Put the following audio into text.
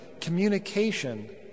communication